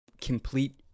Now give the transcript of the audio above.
complete